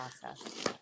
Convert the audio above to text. process